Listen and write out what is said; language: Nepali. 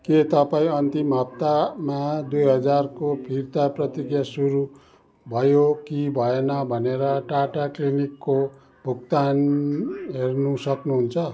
के तपाईँ अन्तिम हप्तामा दुई हजारको फिर्ता प्रतिकिया सुरु भयो कि भएन भनेर टाटा क्लिनिकको भुक्तान हेर्नु सक्नुहुन्छ